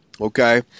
Okay